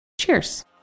Cheers